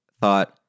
thought